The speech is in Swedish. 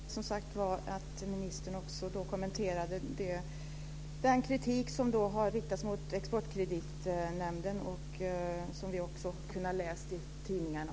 Fru talman! Jag hoppas att ministern då också kommenterar den kritik som har riktats mot Exportkreditnämnden och som vi också har kunnat läsa om i tidningarna.